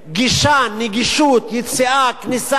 גישה, נגישות, יציאה, כניסה.